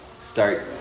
start